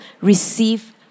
receive